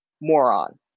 moron